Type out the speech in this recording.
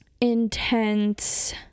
intense